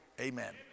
Amen